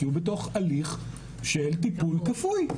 כי הוא בתוך הליך של טיפול כפוי.